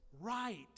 right